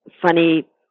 funny